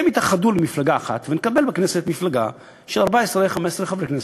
הם יתאחדו למפלגה אחת ונקבל בכנסת מפלגה של 15-14 חברי כנסת,